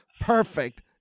perfect